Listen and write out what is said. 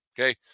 Okay